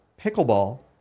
pickleball